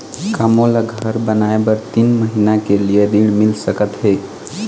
का मोला घर बनाए बर तीन महीना के लिए ऋण मिल सकत हे?